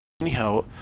anyhow